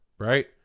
Right